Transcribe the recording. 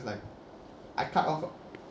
like I cut off orh